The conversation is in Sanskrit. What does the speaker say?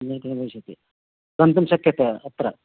अन्यत्र भविष्यति गन्तुं शक्यते अत्र